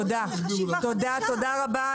נדרשת חשיבה חדשה.